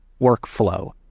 workflow